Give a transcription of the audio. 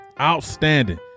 Outstanding